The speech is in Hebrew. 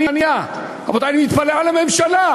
עגבנייה, רבותי, אני מתפלא על הממשלה.